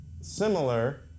Similar